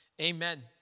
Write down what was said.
Amen